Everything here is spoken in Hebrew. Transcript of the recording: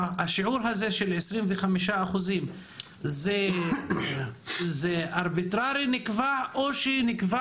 השיעור הזה של 25% זה נקבע ארביטררית או שנקבע